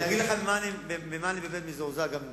אני אגיד לך ממה אני באמת מזועזע, גם ממך.